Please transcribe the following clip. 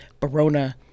Barona